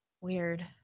weird